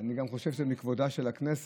אני גם חושב שזה מכבודה של הכנסת,